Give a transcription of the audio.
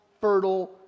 fertile